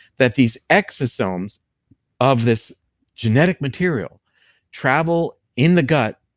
that these exosomes of this genetic material travel in the gut,